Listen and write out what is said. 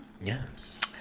Yes